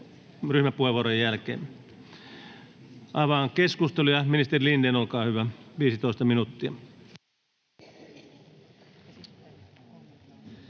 ryhmäpuheenvuorojen jälkeen. — Avaan keskustelun. Ministeri Lindén, olkaa hyvä, 15 minuuttia.